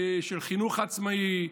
לחינוך עצמאי,